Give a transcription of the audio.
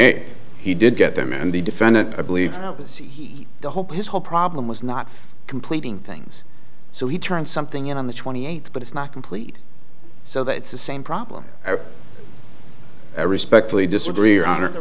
eight he did get them and the defendant i believe will see the whole his whole problem was not completing things so he turned something in on the twenty eighth but it's not complete so that it's the same problem i respectfully disagree on